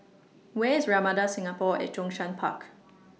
Where IS Ramada Singapore At Zhongshan Park